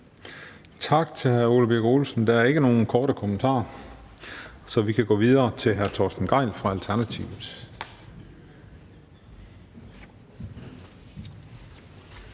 Tak til hr. Ole Birk Olesen. Der er ikke nogen korte bemærkninger, så vi kan gå videre til hr. Torsten Gejl fra Alternativet.